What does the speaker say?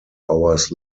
hours